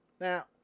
Now